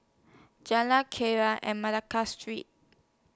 Jalan and Malacca Street